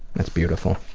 that's beautiful.